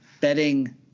betting